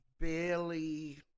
barely